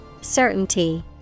Certainty